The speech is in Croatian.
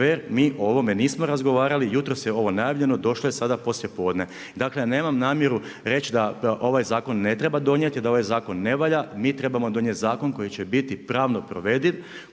mi o ovome nismo razgovarali. Jutros je ovo najavljeno, došlo je sada poslijepodne. Dakle, ja nemam namjeru reći da ovaj zakon ne treba donijeti, da ovaj zakon ne valja. Mi trebamo donijeti zakon koji će biti pravno provediv,